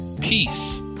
Peace